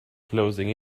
closing